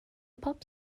pop